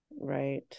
Right